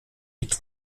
liegt